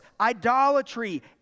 idolatry